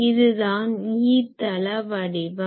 இது தான் E தள வடிவம்